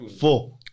four